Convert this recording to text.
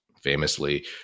famously